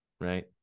right